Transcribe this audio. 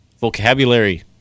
vocabulary